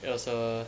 it was a